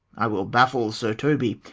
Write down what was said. i will baffle sir toby,